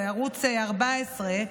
ערוץ 14,